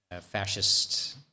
fascist